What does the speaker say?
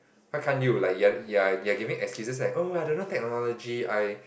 why can't you like you're you're you're giving excuses like oh I don't know technology I